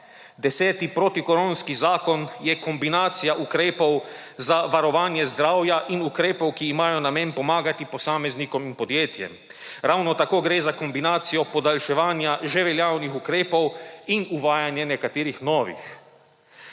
Deseti protikoronski zakon je kombinacija ukrepov za varovanje zdravja in ukrepov, ki imajo namen pomagati posameznikom in podjetjem. Ravno tako gre za kombinacijo podaljševanja že veljavnih ukrepov in uvajanje nekaterih novih.